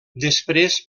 després